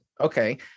okay